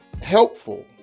helpful